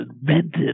invented